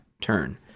turn